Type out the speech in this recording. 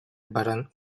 баран